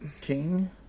King